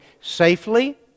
safely